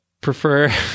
prefer